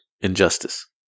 injustice